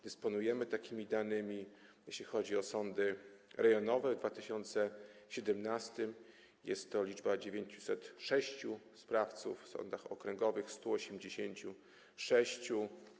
Dysponujemy takimi danymi: jeśli chodzi o sądy rejonowe, w 2017 r. jest to liczba 906 sprawców, a w sądach okręgowych - 186.